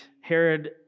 Herod